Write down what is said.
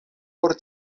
por